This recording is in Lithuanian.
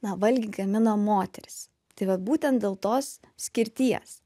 na valgį gamina moterys tai va būten dėl tos skirties